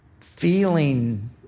feeling